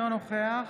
אינו נוכח